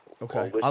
Okay